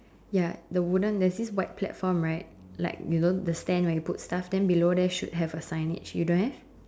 ya the wooden there's this white platform right like you know the stand right you put stuff then below there should have a signage you don't have